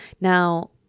Now